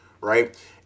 right